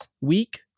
week